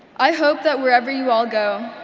i hope that wherever you all go,